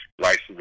license